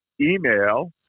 email